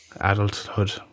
adulthood